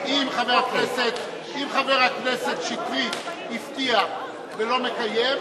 אם חבר הכנסת שטרית הבטיח ולא מקיים,